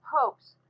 Popes